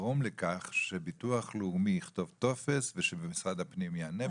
לגרום לכך שביטוח לאומי יכתוב טופס ושבמשרד הפנים יענה בזה?